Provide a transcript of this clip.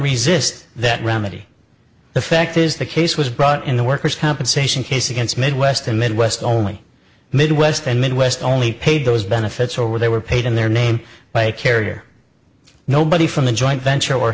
resist that remedy the fact is the case was brought in the worker's compensation case against midwestern midwest only midwest and midwest only paid those benefits were they were paid in their name by a carrier nobody from the joint venture or